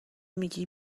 میگی